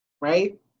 right